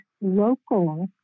local